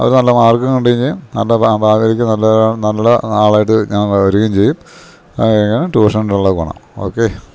അത് നല്ല മാർക്കും കിട്ടുകയും ചെയ്യും നല്ല ഭാവിക്കും നല്ല നല്ല ആളായിട്ട് ഞാൻ വരുകയും ചെയ്യും അതൊക്കെയാണ് ട്യൂഷൻലൊള്ള ഗുണം ഓക്കെ